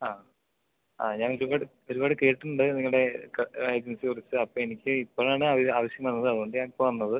ആ ആ ഞാൻ ഒരുപാട് ഒരുപാട് കേട്ടിട്ടുണ്ട് നിങ്ങളുടെ ഏജൻസിയെക്കുറിച്ച് അപ്പം എനിക്ക് ഇപ്പോഴാണ് അതിൽ ആവശ്യം വന്നത് അതുകൊണ്ട് ഞാൻ ഇപ്പം വന്നത്